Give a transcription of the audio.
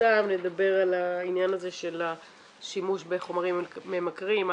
מצומצם נדבר על העניין הזה של השימוש בחומרים ממכרים,